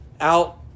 out